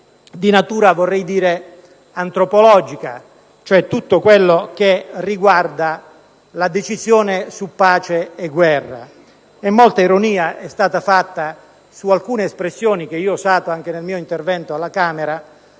di natura antropologica, cioè tutto quello che riguarda la decisione su pace e guerra. Molta ironia è stata fatta su alcune espressioni che ho usato anche nel mio intervento alla Camera